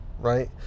right